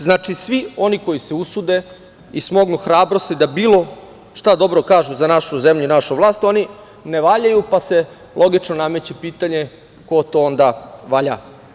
Znači, svi oni koji se usude i smognu hrabrosti da bilo šta dobro kažu za našu zemlju i našu vlast, oni ne valjaju pa se, logično nameće pitanje ko to onda valja?